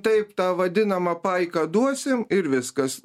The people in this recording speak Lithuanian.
taip tą vadinamą paiką duosim ir viskas